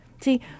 See